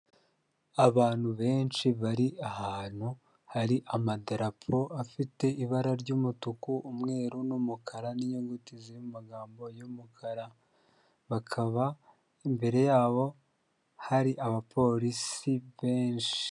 Abantu benshi bari ahantu hari amadarapo afite ibara ry'umutuku, umweru n'umukara, n'inyuguti zamagambo y'umukara, bakaba imbere yabo hari abapolisi benshi.